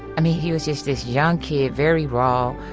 i mean he was just this young kid, very raw,